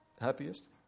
happiest